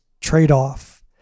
trade-off